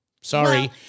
Sorry